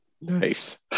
Nice